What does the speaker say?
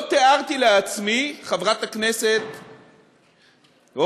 לא תיארתי לעצמי, חברת הכנסת אורלי,